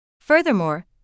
Furthermore